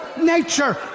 nature